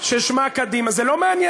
וכל מי